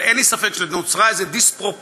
אבל אין לי ספק שנוצרה איזו דיספרופורציה